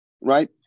right